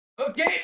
Okay